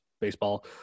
baseball